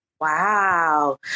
Wow